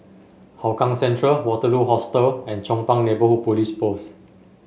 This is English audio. Hougang Central Waterloo Hostel and Chong Pang Neighbourhood Police Post